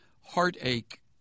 heartache